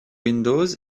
windows